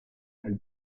elle